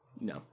no